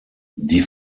die